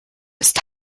ist